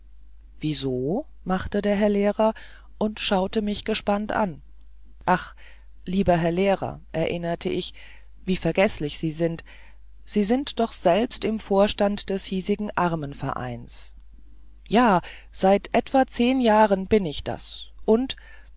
wieso machte der herr lehrer und schaute mich gespannt an aber lieber herr lehrer erinnerte ich wie vergeßlich sie sind sie sind doch selbst im vorstand des hiesigen armenvereins ja seit etwa zehn jahren bin ich das und